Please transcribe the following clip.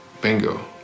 bingo